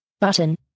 button